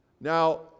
Now